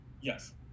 yes